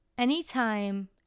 Anytime